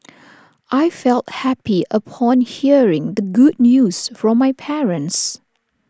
I felt happy upon hearing the good news from my parents